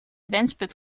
wensput